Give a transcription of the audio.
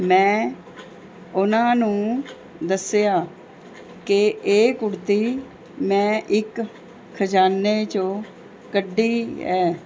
ਮੈਂ ਉਹਨਾਂ ਨੂੰ ਦੱਸਿਆ ਕਿ ਇਹ ਕੁੜਤੀ ਮੈਂ ਇੱਕ ਖਜ਼ਾਨੇ 'ਚੋਂ ਕੱਢੀ ਹੈ